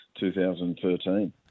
2013